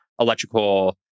electrical